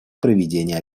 проведение